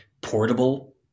portable